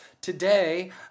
today